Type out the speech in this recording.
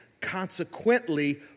consequently